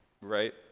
right